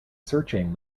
searching